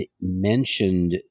mentioned